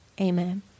Amen